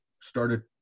started